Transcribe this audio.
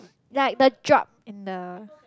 like the drop in the